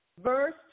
verse